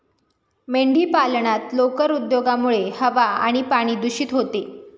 मेंढीपालनात लोकर उद्योगामुळे हवा आणि पाणी दूषित होते